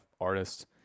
artists